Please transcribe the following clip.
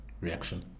reaction